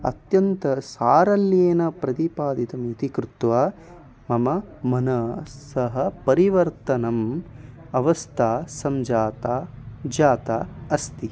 अत्यन्तं सारल्येन प्रतिपादनमिति कृत्वा मम मनसः परिवर्तनम् अवस्था सञ्जाता जाता अस्ति